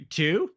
two